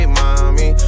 mommy